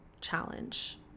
challenge